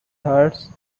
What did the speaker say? hearts